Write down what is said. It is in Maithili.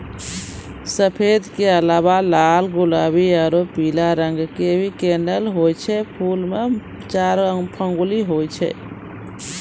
सफेद के अलावा लाल गुलाबी आरो पीला रंग के भी कनेल होय छै, फूल मॅ चार पंखुड़ी होय छै